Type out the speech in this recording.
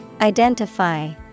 Identify